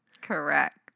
Correct